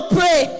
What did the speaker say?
pray